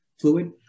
fluid